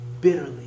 bitterly